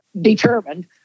determined